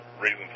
reason